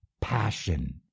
passion